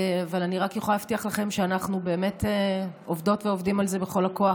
אני רק יכולה להבטיח לכם שאנחנו עובדות ועובדים על זה בכל הכוח.